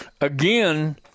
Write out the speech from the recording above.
again